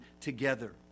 together